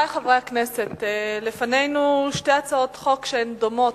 חברי חברי הכנסת, לפנינו שתי הצעות חוק שהן דומות.